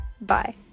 bye